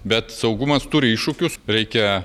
bet saugumas turi iššūkius reikia